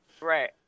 Right